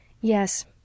Yes